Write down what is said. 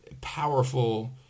powerful